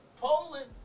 Poland